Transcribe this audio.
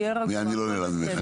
אני לא נעלב ממך.